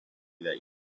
that